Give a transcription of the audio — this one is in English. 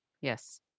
Yes